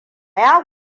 ya